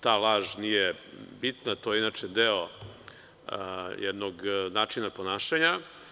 Ta laž nije bitna to je inače deo jednog načina ponašanja.